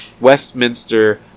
Westminster